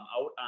out